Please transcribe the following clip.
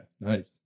nice